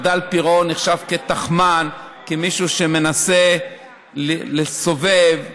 נחשב כתחמן, כמישהו שמנסה לסובב וכדומה,